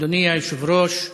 אדוני היושב-ראש,